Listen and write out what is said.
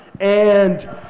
And-